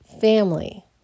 family